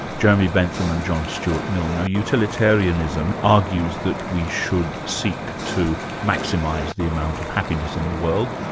jeremy bentham and john stuart mill. now utilitarianism argues that we should seek to maximize the amount of happiness in the world.